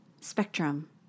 spectrum